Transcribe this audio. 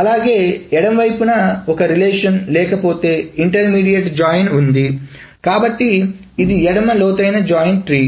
అలాగే ఎడమవైపున ఒక రిలేషన్ లేకపోతే ఇంటర్మీడియట్ జాయిన్ ఉంది కాబట్టి ఇది ఎడమ లోతైన జాయిన్ ట్రీ